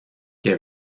que